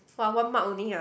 !wah! one mark only ah